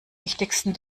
wichtigsten